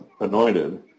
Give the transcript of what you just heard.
anointed